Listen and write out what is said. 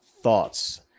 thoughts